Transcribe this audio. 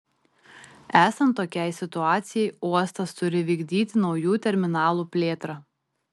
esant tokiai situacijai uostas turi vykdyti naujų terminalų plėtrą